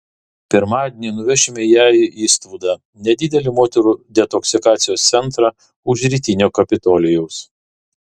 pirmadienį nuvešime ją į istvudą nedidelį moterų detoksikacijos centrą už rytinio kapitolijaus